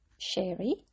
Sherry